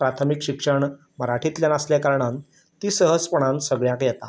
प्राथ्मीक शिक्षण मराठींतल्यान आसले कारणांत ती सहजपणान सगळ्यांक येता